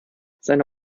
seine